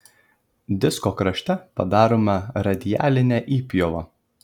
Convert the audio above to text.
disko krašte padaroma radialinė įpjova